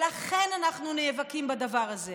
אנחנו נאבקים בדבר הזה